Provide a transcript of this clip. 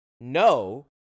no